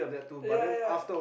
ya ya